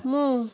ମୁଁ